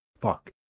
Fuck